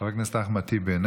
חבר הכנסת אחמד טיבי,